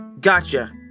Gotcha